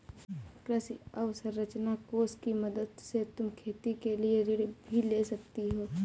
कृषि अवसरंचना कोष की मदद से तुम खेती के लिए ऋण भी ले सकती हो